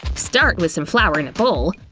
start with some flour in a bowl.